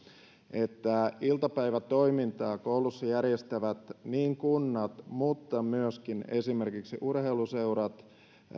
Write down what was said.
että iltapäivätoimintaa kouluissa järjestävät niin kunnat mutta myöskin esimerkiksi urheiluseurat